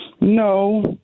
no